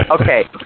Okay